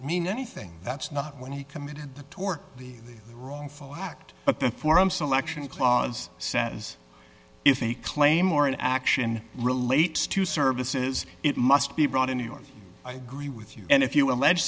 mean anything that's not when he committed the tort the wrongful act but the forum selection clause says if a claim or an action relates to services it must be brought in new york i agree with you and if you allege